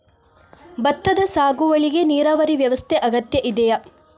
ಭತ್ತದ ಸಾಗುವಳಿಗೆ ನೀರಾವರಿ ವ್ಯವಸ್ಥೆ ಅಗತ್ಯ ಇದೆಯಾ?